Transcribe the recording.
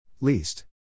Least